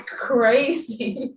crazy